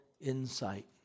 insight